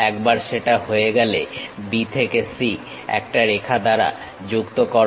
একবার সেটা হয়ে গেলে B থেকে C একটা রেখা দ্বারা যুক্ত করো